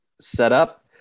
setup